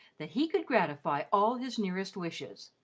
that he could gratify all his nearest wishes,